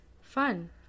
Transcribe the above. fun